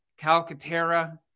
Calcaterra